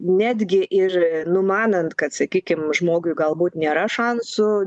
netgi ir numanant kad sakykim žmogui galbūt nėra šansų